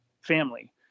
family